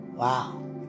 Wow